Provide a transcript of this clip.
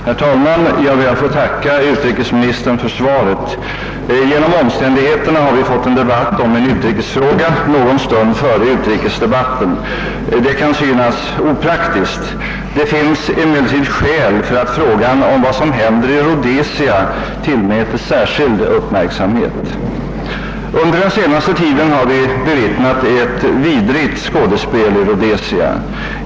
Herr talman! Jag ber att få tacka utrikesministern för svaret. Omständigheterna har gjort att vi har fått en debatt om en utrikesfråga någon stund före utrikesdebatten. Det kan synas opraktiskt. Det finns emellertid skäl för att frågan om vad som händer i Rhodesia tillmätes särskild uppmärksamhet. Under den senaste tiden har vi bevittnat ett vidrigt skådespel i Rhodesia.